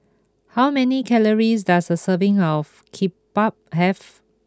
how many calories does a serving of Kimbap have